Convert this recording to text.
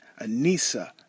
Anissa